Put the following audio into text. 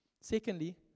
Secondly